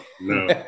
no